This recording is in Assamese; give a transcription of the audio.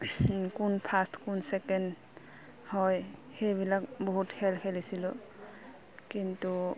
কোন ফাৰ্ষ্ট কোন ছেকেণ্ড হয় সেইবিলাক বহুত খেল খেলিছিলোঁ কিন্তু